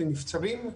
לנבצרים,